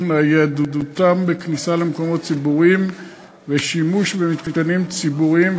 ניידותם בכניסה למקומות ציבוריים ושימוש במתקנים ציבוריים,